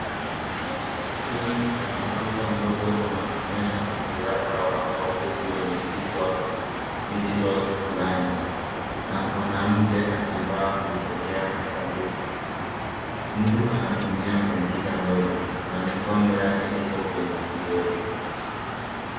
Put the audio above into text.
Skrini ya kompyuta ndogo inaonyesha ukurasa wa wavuti wenye kichwa digital learning na mwanamke akivaa vipokea sauti. Mtu anatumia kompyuta ndogo na mikono yake iko kwenye kibodi.